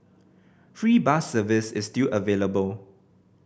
free bus service is still available